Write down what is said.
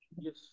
Yes